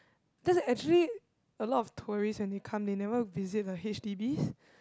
just actually a lot of tourists when they come they never visit like H_D_Bs